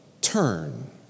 turn